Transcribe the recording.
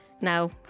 now